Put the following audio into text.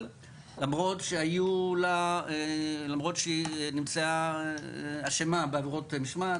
למרות שהיא נמצאה אשמה בעבירות משמעת,